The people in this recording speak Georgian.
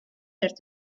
ერთ